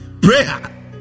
prayer